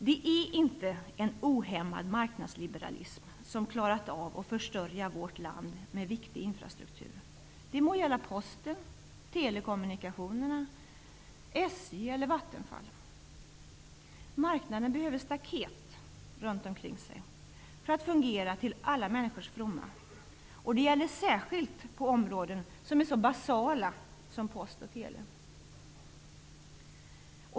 Det är inte en ohämmad marknadsliberalism som klarat av att försörja vårt land med viktig infrastruktur, det må gälla posten, telekommunikationerna, SJ eller Vattenfall. Marknaden behöver staket runt omkring sig för att fungera till alla människors fromma, och det gäller särskilt på områden som är så basala som post och tele.